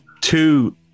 two